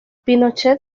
pinochet